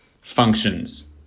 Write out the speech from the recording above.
functions